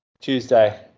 Tuesday